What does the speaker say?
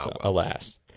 alas